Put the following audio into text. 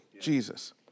Jesus